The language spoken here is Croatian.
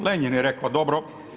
Lenjin je rekao, dobro.